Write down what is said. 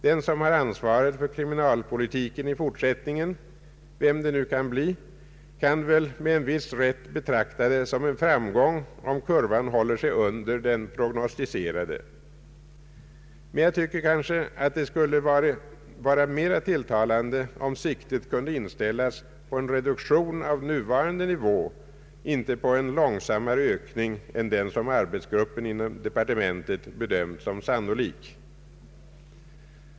Den som har ansvaret för kriminalpolitiken i framtiden — vem det nu kan bli — kan väl med en viss rätt betrakta det som en framgång om kurvan håller sig under den prognostiserade. Det vore enligt min uppfattning mera tilltalande om siktet kunde inställas på en reduktion av den nuvarande nivån för brottsligheten, inte på en långsammare ökning än den som arbetsgruppen inom departementet har bedömt såsom sannolik.